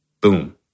Boom